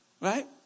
Right